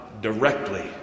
directly